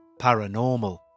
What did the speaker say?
Paranormal